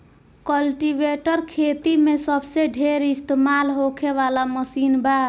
cultivator खेती मे सबसे ढेर इस्तमाल होखे वाला मशीन बा